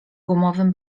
gumowym